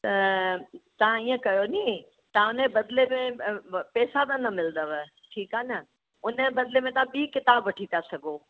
त तव्हां इअं कयो नी तव्हां हुनजे बदिले में पैसा त न मिलंदव ठीकु आहे न हुनजे बदिले में तव्हां ॿीं किताबु वठी था सघो